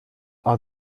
are